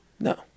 No